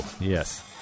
yes